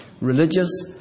religious